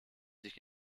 sich